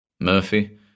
Murphy